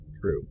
True